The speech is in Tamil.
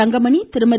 தங்கமணி திருமதி